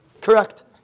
Correct